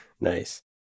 Nice